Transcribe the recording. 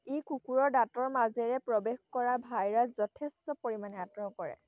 ই কুকুৰৰ দাঁতৰ মাজেৰে প্ৰৱেশ কৰা ভাইৰাছ যথেষ্ট পৰিমাণে আঁতৰ কৰে